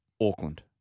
Auckland